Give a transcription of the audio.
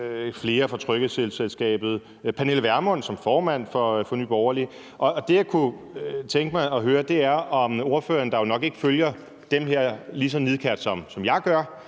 flere fra Trykkefrihedsselskabet. Det gælder Pernille Vermund som formand for Nye Borgerlige. Det, jeg kunne tænke mig at høre, er, om ordføreren, der jo nok ikke følger dem her lige så nidkært, som jeg gør,